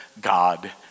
God